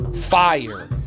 fire